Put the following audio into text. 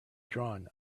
drawn